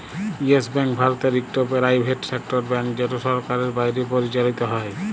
yes Bank ভারতের ইকট private sector bank যেট সরকারের বাইরে পরিচালিত হ্যয়